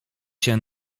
się